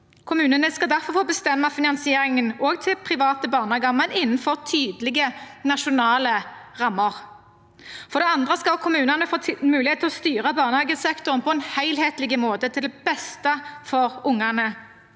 Kommunene skal derfor få bestemme finansieringen også til private barnehager, men innenfor tydelige nasjonale rammer. For det andre skal kommunene få mulighet til å styre barnehagesektoren på en helhetlig måte, til beste for ungene.